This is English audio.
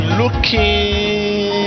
looking